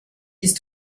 ist